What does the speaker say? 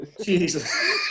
Jesus